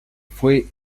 fue